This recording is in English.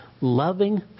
loving